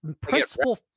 principal